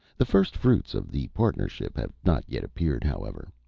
the first fruits of the partnership have not yet appeared, however.